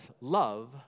love